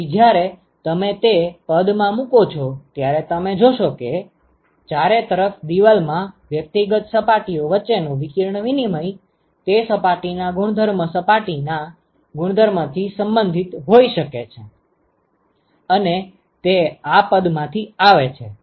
તેથી જ્યારે તમે તે બધા પદ માં મૂકો છો ત્યારે તમે જોશો કે ચારે તરફ દીવાલ માં વ્યક્તિગત સપાટીઓ વચ્ચેનું વિકિરણ વિનિમય તે સપાટીના ગુણધર્મ સપાટીના ગુણધર્મથી સંબંધિત હોઈ શકે છે અને તે આ પદ માંથી આવે છે